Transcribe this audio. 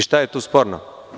Šta je tu sporno?